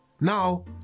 Now